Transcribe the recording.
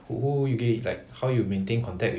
wh~ who you like how you maintain contact